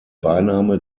beiname